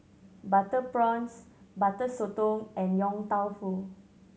butter prawns Butter Sotong and Yong Tau Foo